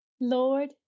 Lord